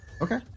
Okay